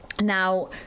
Now